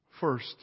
First